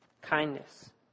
kindness